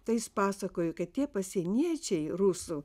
tai jis pasakojo kad tie pasieniečiai rusų